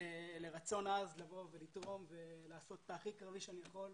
הפכו לרצון עז לבוא ולתרום ולעשות את הכי קרבי שאני יכול.